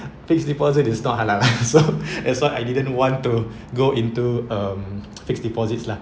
fixed deposit is not halal so that's why I didn't want to go into um fixed deposits la